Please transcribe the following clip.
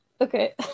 Okay